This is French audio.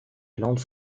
allende